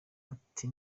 ati